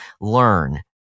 learn